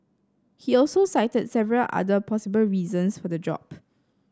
he also cited several other possible reasons for the drop